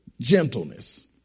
Gentleness